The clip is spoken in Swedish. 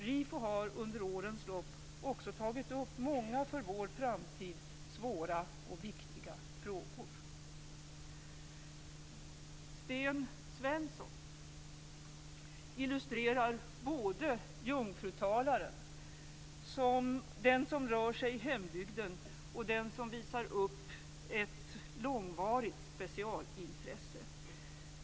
RIFO har under årens lopp också tagit upp många för vår framtid svåra och viktiga frågor. Sten Svensson illustrerar såväl jungfrutalaren som den som rör sig i hembygden och den som visar upp ett långvarigt specialintresse.